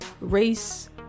race